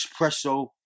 espresso